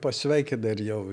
pasveikina ir jau